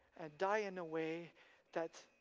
and die in a way that